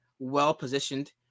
well-positioned